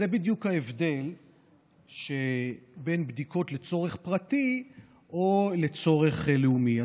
זה בדיוק ההבדל בין בדיקות לצורך פרטי או לצורך לאומי.